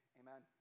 amen